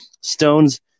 Stones